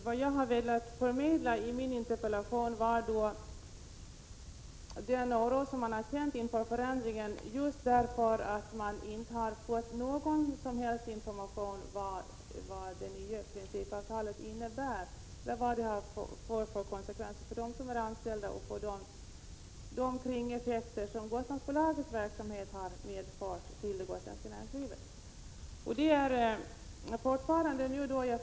Vad jag har velat förmedla i min interpellation är den oro som man har känt inför förändringen på grund av att man inte har fått någon som helst information om vad det nya principavtalet innebär — vad det får för konsekvenser för de anställda, och vilka kringeffekter som Gotlandsbolagets verksamhet har medfört för det gotländska näringslivet.